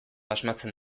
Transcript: asmatzen